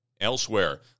Elsewhere